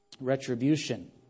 retribution